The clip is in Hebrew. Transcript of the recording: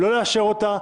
לא לאשר אותה,